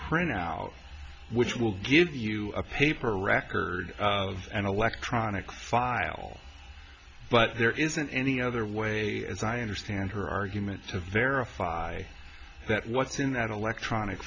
printer now which will give you a paper record of an electronic file but there isn't any other way as i understand her argument to verify that what's in that electronic